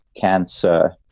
cancer